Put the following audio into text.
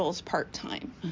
part-time